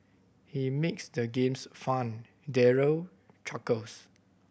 he makes the games fun Daryl chuckles